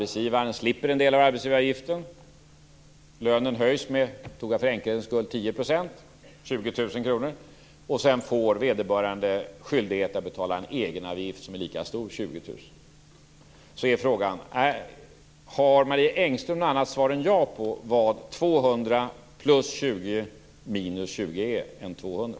Så slipper arbetsgivaren en del av arbetsgivaravgiften, lönen höjs med - för enkelhets skull - 10 %, dvs. med 20 000 kr, och sedan får vederbörande skyldighet att betala en egenavgift som är lika stor, dvs. 20 000 kr. Frågan är: Har Marie Engström något annat svar på vad 200 plus 20 minus 20 är än 200?